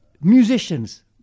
Musicians